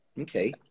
Okay